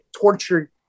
torture